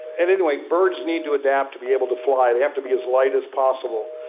and anyway, birds need to adapt to be able to fly, they have to be as light as possible,